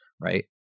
right